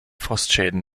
frostschäden